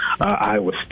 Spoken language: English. Iowa